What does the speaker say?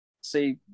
See